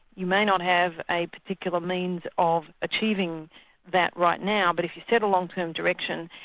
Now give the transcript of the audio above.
you may not have a particular means of achieving that right now, but if you set a long-term direction,